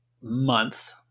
month